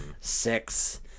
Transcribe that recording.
six